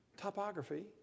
topography